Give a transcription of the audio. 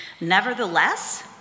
Nevertheless